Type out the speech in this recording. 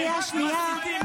קריאה ראשונה.